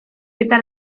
eta